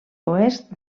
oest